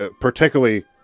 particularly